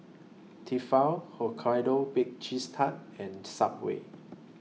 Tefal Hokkaido Baked Cheese Tart and Subway